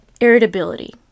Irritability